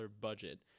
budget